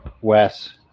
Wes